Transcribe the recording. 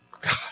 God